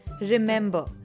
Remember